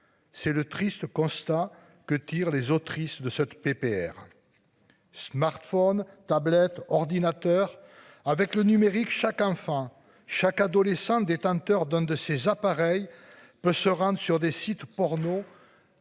C'est le triste constat que tirent les autrice de 7 PPR. Smartphones Tablettes ordinateurs avec le numérique, chaque enfant, chaque adolescent détenteur d'un de ses appareils peut se rendre sur des sites pornos.